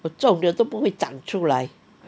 我种 liao 都不会长出来